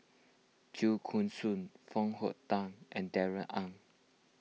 Chua Koon Siong Foo Hong Tatt and Darrell Ang